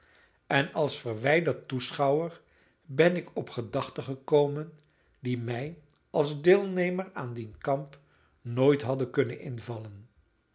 en als verwijderd toeschouwer ben ik op gedachten gekomen die mij als deelnemer aan dien kamp nooit hadden kunnen invallen